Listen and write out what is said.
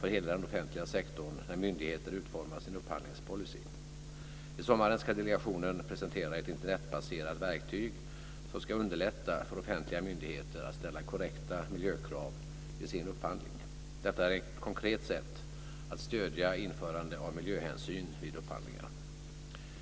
för den offentliga sektorn när myndigheter utformar sin upphandlingspolicy. Till sommaren ska delegationen presentera ett Internetbaserat verktyg som ska underlätta för offentliga myndigheter att ställa korrekta miljökrav vid sin upphandling. Detta är ett konkret sätt att stödja införande av miljöhänsyn vid upphandlingar.